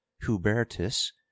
Hubertus